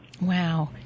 Wow